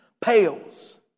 pales